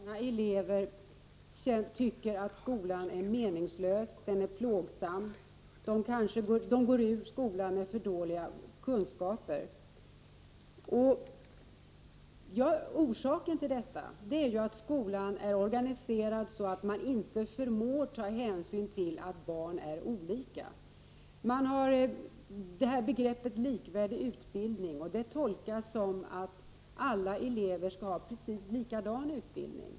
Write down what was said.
Fru talman! Jag ger Ylva Johansson rätt i att många elever tycker att skolan är meningslös och plågsam. De kanske går ur skolan med för dåliga kunskaper. Orsaken till detta är att skolan är organiserad så att den inte förmår ta hänsyn till att barn är olika. Man har begreppet ”likvärdig utbildning”, och detta tolkas så att alla elever skall ha en precis likadan utbildning.